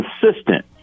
consistent